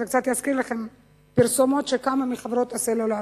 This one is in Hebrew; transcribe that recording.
זה קצת יזכיר לכם פרסומות של כמה מחברות הסלולר,